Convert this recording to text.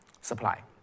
supply